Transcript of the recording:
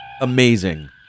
amazing